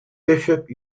bishop